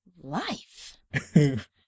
Life